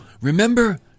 remember